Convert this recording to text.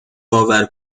باور